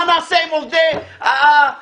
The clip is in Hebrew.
מה נעשה עם עובדי המזנון?